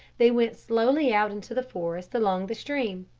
they went slowly out into the forest along the stream.